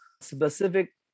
specific